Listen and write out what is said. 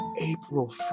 April